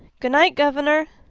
good-night, governor!